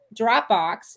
Dropbox